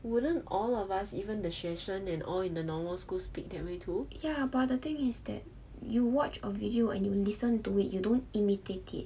wouldn't all of us even the 学生 and all in the normal school speak that way too